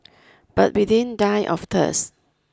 but we didn't die of thirst